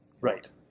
Right